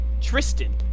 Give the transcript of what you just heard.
Tristan